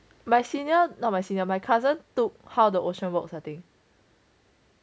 my senior not my senior my cousin took how the ocean works I think